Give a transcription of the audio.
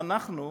ואנחנו,